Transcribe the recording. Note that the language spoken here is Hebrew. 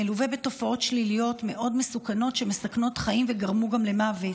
מלווה בתופעות שליליות מאוד מסוכנות שמסכנות חיים וגרמו גם למוות: